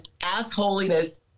assholiness